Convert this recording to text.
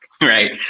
Right